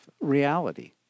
reality